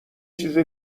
چیز